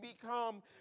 become